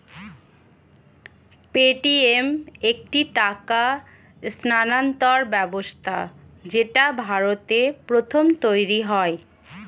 Paytm একটি টাকা স্থানান্তর ব্যবস্থা যেটা ভারতে প্রথম তৈরী হয়